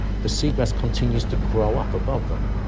the seagrass continues to grow up above them,